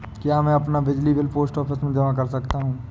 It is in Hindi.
क्या मैं अपना बिजली बिल पोस्ट ऑफिस में जमा कर सकता हूँ?